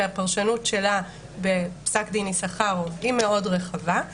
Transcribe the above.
שהפרשנות שלה בפסק דין יששכרוב היא מאוד רחבה.